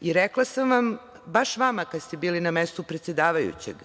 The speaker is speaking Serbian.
I rekla sam vam, baš vama kada ste bili na mestu predsedavajućeg,